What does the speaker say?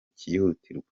cyihutirwa